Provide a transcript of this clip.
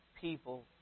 people